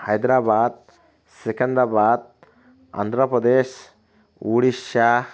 Hyderabad Secunderabad Andhra Pradesh Orissa